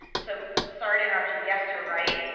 so sorry to interrupt you, yes, you're right,